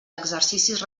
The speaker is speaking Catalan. exercicis